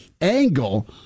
angle